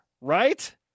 right